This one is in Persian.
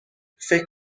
فکر